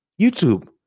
YouTube